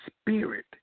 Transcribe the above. spirit